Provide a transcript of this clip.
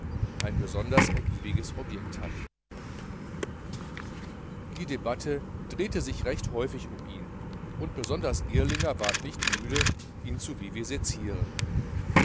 ein besonders ergiebiges objekt hatten die debatte drehte sich recht häufig um ihn und besonders girlinger ward nicht müde ihn zu vivisecieren